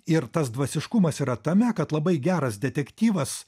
ir tas dvasiškumas yra tame kad labai geras detektyvas